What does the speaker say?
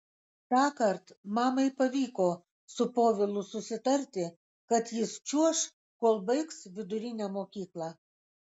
tąkart mamai pavyko su povilu susitarti kad jis čiuoš kol baigs vidurinę mokyklą